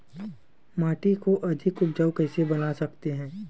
माटी को अधिक उपजाऊ कइसे बना सकत हे?